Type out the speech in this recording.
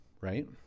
right